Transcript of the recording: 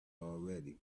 already